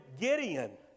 Gideon